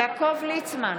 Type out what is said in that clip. יעקב ליצמן,